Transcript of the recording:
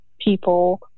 people